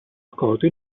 accolto